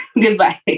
goodbye